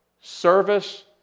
service